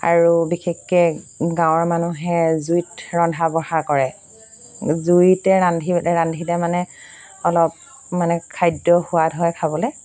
আৰু বিশেষকৈ গাঁৱৰ মানুহে জুইত ৰন্ধা বঢ়া কৰে জুইতে ৰান্ধি ৰান্ধিলে মানে অলপ মানে খাদ্য সোৱাদ হয় খাবলৈ